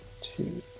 two